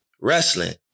wrestling